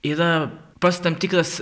yra pats tam tikras